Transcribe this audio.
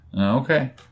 okay